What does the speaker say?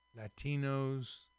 Latinos